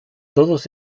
todos